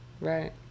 right